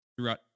throughout